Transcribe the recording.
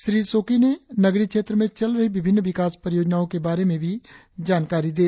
श्री लोकी ने नगरीय क्षेत्र में चल रही विभिन्न विकास परियोजनाओ के बारे में भी जानकारी दी